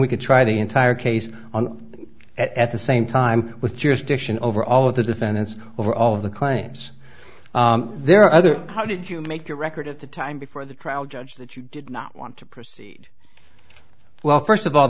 we could try the entire case on at the same time with jurisdiction over all of the defendants over all of the claims there are other how did you make a record at the time before the trial judge that you did not want to proceed well first of all